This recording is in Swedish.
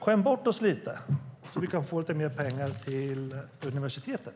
Skäm bort oss lite, så att vi kan få lite mer pengar till universitetet!